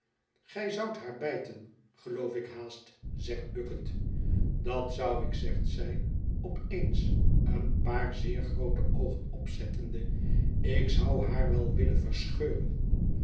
gij zoudt haar bijten geloof ik haast zegt bucket dat zou ik zegt zij op eens een paar zeer groote oogen opzettende ik zou haar wel willen verscheuren